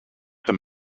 than